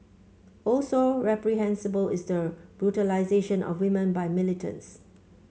also reprehensible is the brutalisation of women by militants